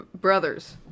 Brothers